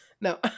No